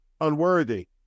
unworthy